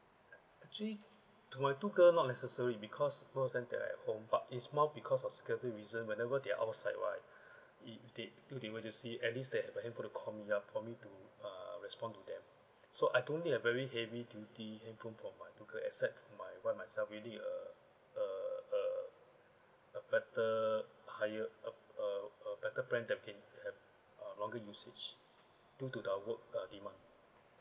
act~ actually to my two girl not necessary because most of the time they are at home park it's more because of schedule reason whenever they are outside right if they feel they will use it at least they have a handphone to call me up for me to uh respond to them so I don't need a very heavy duty handphone for my two girl except for my wife myself really a a a a better higher up a a better plan that can have uh longer usage due to the work uh demand